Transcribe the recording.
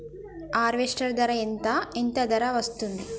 Harvester ధర ఎంత ఎంత ఆఫర్ వస్తుంది?